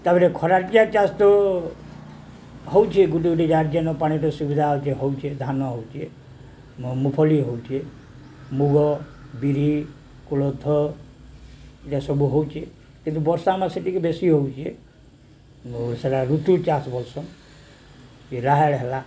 ତାପରେ ଖରାଟିଆ ଚାଷ ତ ହେଉଛେ ଗୋଟେ ଗୋଟେ ଜାଗ୍ ଯେନ ପାଣିର ସୁବିଧା ହେଉଛେ ହେଉଛେ ଧାନ ହେଉଛେ ମୁଗଫଳି ହେଉଛେ ମୁଗ ବିରି କୋଳଥ ଏଇ ସବୁ ହେଉଛେ କିନ୍ତୁ ବର୍ଷା ମାସେ ଟିକେ ବେଶୀ ହେଉଛେ ସେଟା ଋତୁ ଚାଷ ବୋଲସନ୍ କି ରାହାଡ଼ ହେଲା